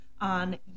on